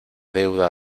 deuda